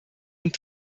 und